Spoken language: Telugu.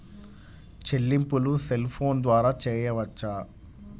చెల్లింపులు సెల్ ఫోన్ ద్వారా చేయవచ్చా?